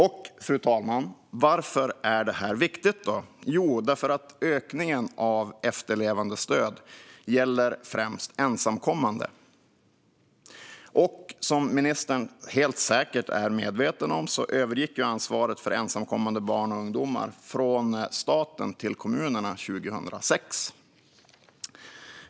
Fru talman! Varför är det här viktigt? Jo, därför att ökningen av efterlevandestöd främst gäller ensamkommande. Som ministern helt säkert är medveten om övergick ansvaret för ensamkommande barn och ungdomar från staten till kommunerna 2006.